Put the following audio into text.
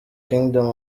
kingdom